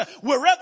wherever